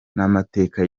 n’amateka